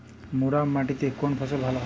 মুরাম মাটিতে কোন ফসল ভালো হয়?